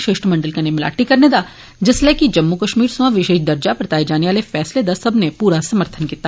शिष्टमंडल कन्नै मलाटी करने दा जिसलै कि जम्मू कश्मीर सोआ विशेष दर्जा परताए जाने आले फैसले दा सब्बनें पूरा समर्थन कीता